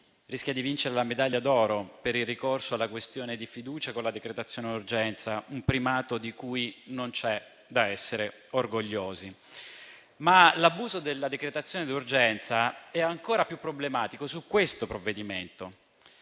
rischia di vincere la medaglia d'oro per il ricorso alla questione di fiducia con la decretazione d'urgenza: un primato di cui non c'è da essere orgogliosi. L'abuso della decretazione d'urgenza è ancora più problematico su questo provvedimento,